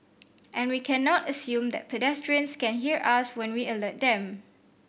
and we cannot assume that pedestrians can hear us when we alert them